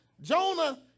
Jonah